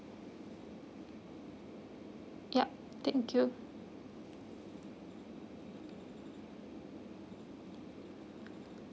yup thank you